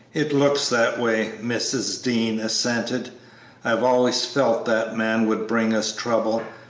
it looks that way, mrs. dean assented i've always felt that man would bring us trouble,